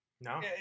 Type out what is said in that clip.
No